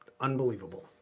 unbelievable